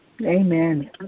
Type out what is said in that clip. Amen